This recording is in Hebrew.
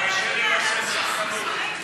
קשה למסד סחטנות.